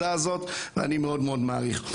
אני מאוד מעריך את זה.